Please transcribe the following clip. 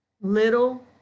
little